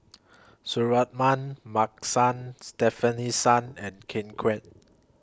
Suratman Markasan Stefanie Sun and Ken Kwek